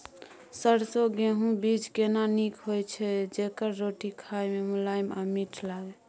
देसी गेहूँ बीज केना नीक होय छै जेकर रोटी खाय मे मुलायम आ मीठ लागय?